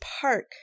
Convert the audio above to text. park